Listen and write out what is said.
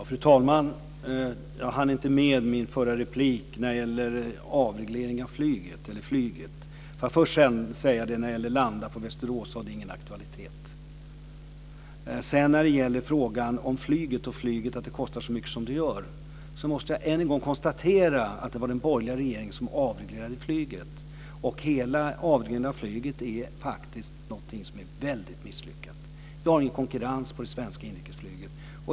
Fru talman! Jag hann inte kommentera flyget i mitt tidigare inlägg. Får jag först säga att frågan om att landa i Västerås inte har någon aktualitet. När det gäller frågan om flyget och att det kostar så mycket som det gör måste jag än en gång konstatera att det var den borgerliga regeringen som avreglerade flyget. Hela den avregleringen var väldigt misslyckad. Vi har ingen konkurrens på det svenska inrikesflyget.